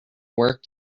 work